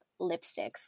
lipsticks